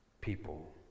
people